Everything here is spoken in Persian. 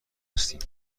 هستیم